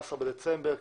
ה-13 בדצמבר 2020,